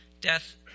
death